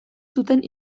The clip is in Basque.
zuten